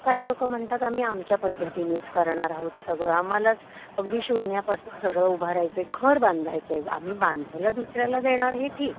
काही लोक म्हणतात आम्ही आमच्या पद्धतीनेच करणार आहोत सगळं आम्हालाच अगदी शून्यापासून सगळं उभारायचं आहे घर बांधायचं आहे आम्ही बांधायला दुसऱ्याला देणार हे ठीक